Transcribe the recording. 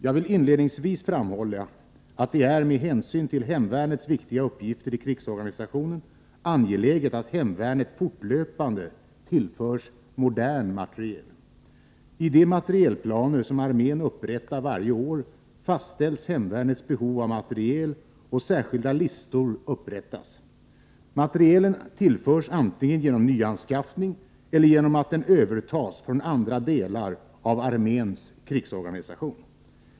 Jag vill inledningsvis framhålla att det är, med hänsyn till hemvärnets viktiga uppgifter i krigsorganisationen, angeläget att hemvärnet fortlöpande tillförs modern materiel. I de materielplaner som armén upprättar varje år fastställs hemvärnets behov av materiel, och särskilda listor görs upp. Materielen tillförs antingen genom nyanskaffning eller genom att den övertas från andra delar av arméns krigsorganisation.